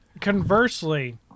Conversely